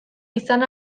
izan